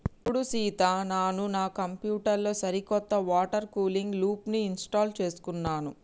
సూడు సీత నాను నా కంప్యూటర్ లో సరికొత్త వాటర్ కూలింగ్ లూప్ని ఇంస్టాల్ చేసుకున్నాను